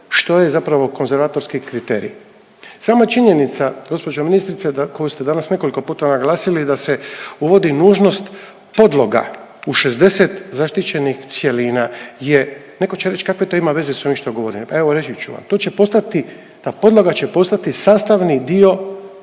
što je zapravo konzervatorski kriterij. Sama činjenica gospođo ministrice koju ste danas nekoliko puta naglasili da se uvodi nužnost podloga u 60 zaštićenih cjelina je, neko će reći kakve to ima veze s ovim što govorim, pa evo reći ću vam, to će postati ta podloga će postati sastavni dio